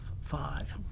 five